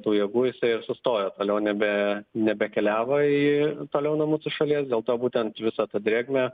tų jėgų jisai ir sustojo toliau nebe nebekeliavo į toliau nuo mūsų šalies dėl to būtent visą tą drėgmę